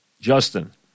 Justin